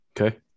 Okay